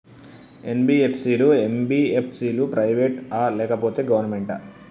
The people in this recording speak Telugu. ఎన్.బి.ఎఫ్.సి లు, ఎం.బి.ఎఫ్.సి లు ప్రైవేట్ ఆ లేకపోతే గవర్నమెంటా?